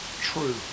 true